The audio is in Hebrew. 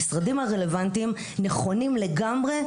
המשרדים הרלוונטיים נכונים לגמרי,